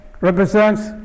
represents